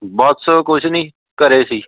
ਬਸ ਕੁਛ ਨਹੀਂ ਘਰ ਸੀ